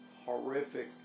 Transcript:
Horrific